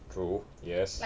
true yes